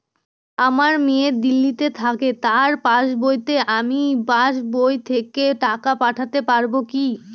আমার মেয়ে দিল্লীতে থাকে তার পাসবইতে আমি পাসবই থেকে টাকা পাঠাতে পারব কি?